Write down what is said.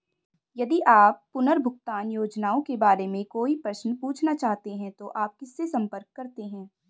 यदि आप पुनर्भुगतान योजनाओं के बारे में कोई प्रश्न पूछना चाहते हैं तो आप किससे संपर्क करते हैं?